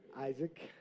Isaac